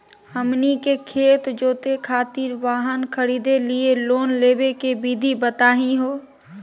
हमनी के खेत जोते खातीर वाहन खरीदे लिये लोन लेवे के विधि बताही हो?